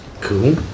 Cool